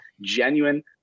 genuine